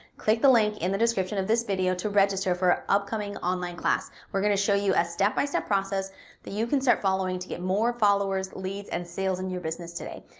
click the link in the description of this video to register for our upcoming online class. we're gonna show you a step by step process that you can start following to get more followers, leads, and sales in your business today.